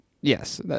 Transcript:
Yes